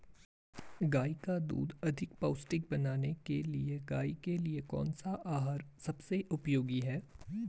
गाय का दूध अधिक पौष्टिक बनाने के लिए गाय के लिए कौन सा आहार सबसे उपयोगी है?